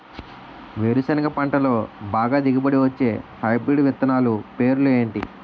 వేరుసెనగ పంటలో బాగా దిగుబడి వచ్చే హైబ్రిడ్ విత్తనాలు పేర్లు ఏంటి?